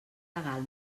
legal